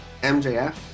MJF